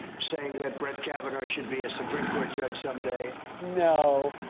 saying that brett kavanaugh should be a supreme court judge someday. no.